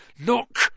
Look